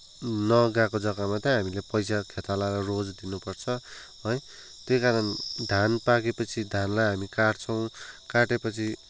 नगएको जग्गामा चाहिँ हामीले पैसा खेतालाहरूलाई रोज दिनपर्छ है त्यही कारण धान पाकेपछि धानलाई हामी काट्छौँ काटेपछि